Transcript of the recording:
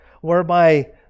whereby